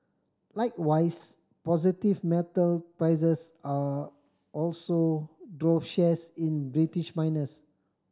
likewise positive metal prices are also drove shares in British miners